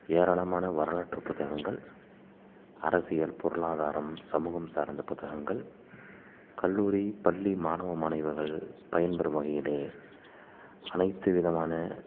ஏராளமான வரலாற்றுப் புத்தகங்கள் அரசியல் பொருளாதாரம் சமூகம் சார்ந்த புத்தகங்கள் கல்லூரி பள்ளி மாணவன் மாணவிகள் பயன்பெறும் வகையில் அனைத்து விதமான